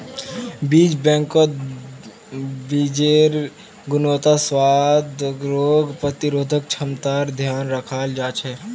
बीज बैंकत बीजेर् गुणवत्ता, स्वाद, रोग प्रतिरोधक क्षमतार ध्यान रखाल जा छे